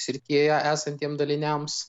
srityje esantiem daliniams